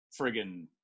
friggin